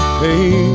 pay